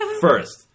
First